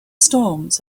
storms